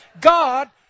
God